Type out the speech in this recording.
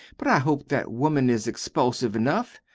but i hope that woman is expulsive enough!